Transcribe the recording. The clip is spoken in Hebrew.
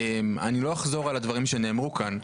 לא אחזור על הדברים שנאמרו כאן,